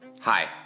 Hi